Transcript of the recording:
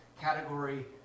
category